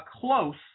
close